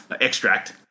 Extract